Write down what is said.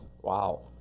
Wow